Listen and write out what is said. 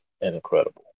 incredible